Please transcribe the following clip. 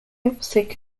opposite